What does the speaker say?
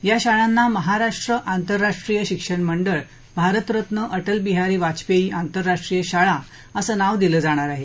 या शाळांना महाराष्ट्र आंतरराष्ट्रीय शिक्षण मंडळ भारतरत्न अटलबिहारी वाजपेयी आंतरराष्ट्रीय शाळा हे नाव दिलं जाणार आहे